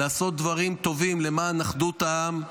לעשות דברים טובים למען אחדות העם,